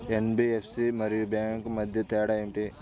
NBFC మరియు bank మధ్య తేడా ఏమిటి?